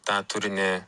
tą turinį